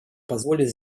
позволит